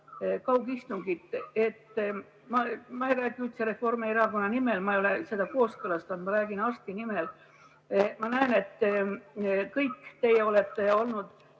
kaugistungit. Ma ei räägi Reformierakonna nimel, ma ei ole seda kooskõlastanud, ma räägin arstide nimel. Ma näen, et kõik teie olete olnud